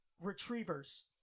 Retrievers